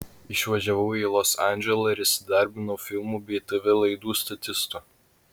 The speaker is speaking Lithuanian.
išvažiavau į los andželą ir įsidarbinau filmų bei tv laidų statistu